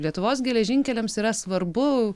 lietuvos geležinkeliams yra svarbu